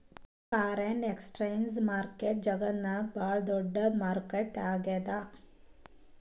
foreign exchange market ಜಗತ್ತ್ನಾಗೆ ಭಾಳ್ ದೊಡ್ಡದ್ ಮಾರುಕಟ್ಟೆ ಆಗ್ಯಾದ